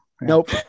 Nope